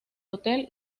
hotel